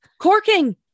corking